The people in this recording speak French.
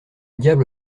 diable